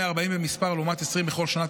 140 במספר לעומת 20 בכל שנת